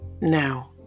Now